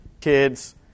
kids